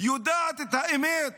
יודעת את האמת